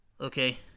Okay